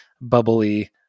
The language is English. bubbly